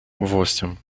восемь